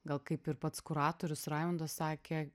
gal kaip ir pats kuratorius raimundas sakė